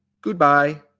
Goodbye